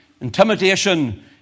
Intimidation